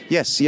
Yes